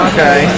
Okay